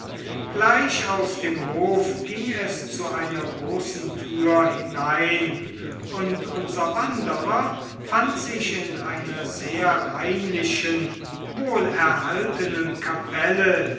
gleich aus dem hofe ging es zu einer großen tür hinein und unser wanderer fand sich in einer sehr reinlichen wohlerhaltenen kapelle